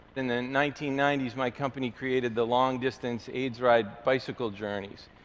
in the nineteen ninety s, my company created the long-distance aidsride bicycle journeys,